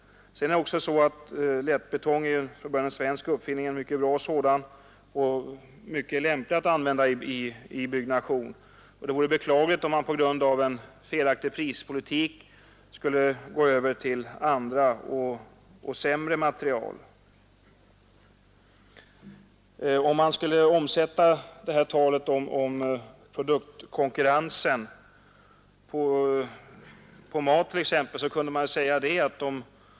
Lättbetong är en mycket bra svensk uppfinning, lämplig att använda i byggnation. Det vore beklagligt om man på grund av felaktig prispolitik skulle gå över till andra och sämre material. Man kan till livsmedelsområdet överföra resonemanget om produktkonkurrens.